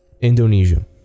indonesia